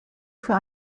für